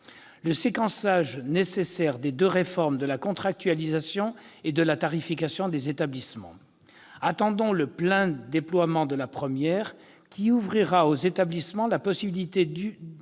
le séquençage nécessaire des deux réformes de la contractualisation et de la tarification des établissements. Attendons le plein déploiement de la première, qui ouvrira aux établissements la possibilité d'user